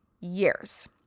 years